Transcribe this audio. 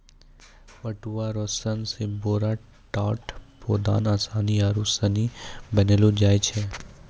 पटुआ रो सन से बोरा, टाट, पौदान, आसनी आरु सनी बनैलो जाय छै